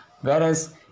Whereas